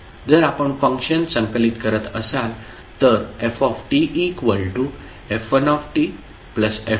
जर आपण फंक्शन संकलित करत असाल तर ftf1tf2tf3t